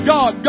God